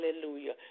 Hallelujah